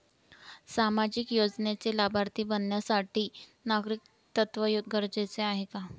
सामाजिक योजनेचे लाभार्थी बनण्यासाठी नागरिकत्व गरजेचे आहे का?